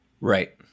Right